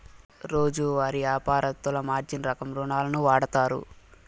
రోజువారీ యాపారత్తులు మార్జిన్ రకం రుణాలును వాడుతారు